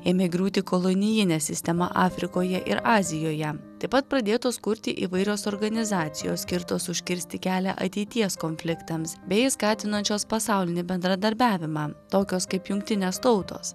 ėmė griūti kolonijinė sistema afrikoje ir azijoje taip pat pradėtos kurti įvairios organizacijos skirtos užkirsti kelią ateities konfliktams bei skatinančios pasaulinį bendradarbiavimą tokias kaip jungtinės tautos